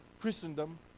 christendom